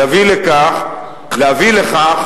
להביא לכך